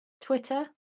Twitter